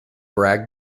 bragg